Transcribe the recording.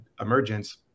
Emergence